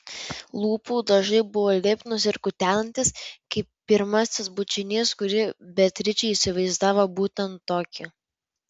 lūpų dažai buvo lipnūs ir kutenantys kaip pirmasis bučinys kurį beatričė įsivaizdavo būtent tokį